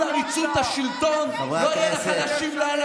כשיריב לוין יסיים את ההפיכה השלטונית שלו וישראל תפסיק להיות דמוקרטיה,